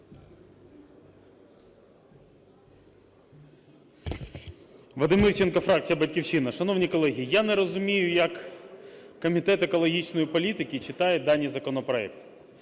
Вадим Івченко, фракція "Батьківщина". Шановні колеги, я не розумію, як Комітет екологічної політики читає дані законопроекти.